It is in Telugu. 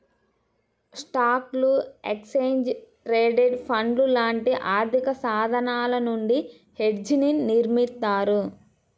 స్టాక్లు, ఎక్స్చేంజ్ ట్రేడెడ్ ఫండ్లు లాంటి ఆర్థికసాధనాల నుండి హెడ్జ్ని నిర్మిత్తారు